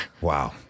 Wow